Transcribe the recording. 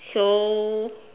so